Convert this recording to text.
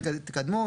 תקדמו,